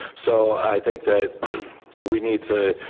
so i think that we need to,